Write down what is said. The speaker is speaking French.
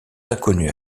inconnues